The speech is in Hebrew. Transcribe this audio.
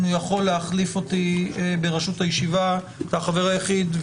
כחבר הוועדה היחיד - להחליף אותי בראשות הישיבה למשך כמה רגעים.